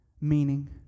meaning